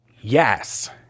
Yes